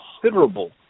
considerable